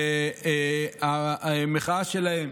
המחאה שלהם,